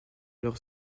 leur